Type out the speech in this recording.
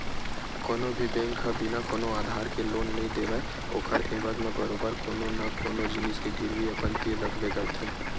कोनो भी बेंक ह बिना कोनो आधार के लोन नइ देवय ओखर एवज म बरोबर कोनो न कोनो जिनिस के गिरवी अपन तीर रखबे करथे